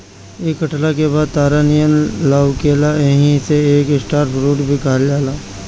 इ कटला के बाद तारा नियन लउकेला एही से एके स्टार फ्रूट भी कहल जाला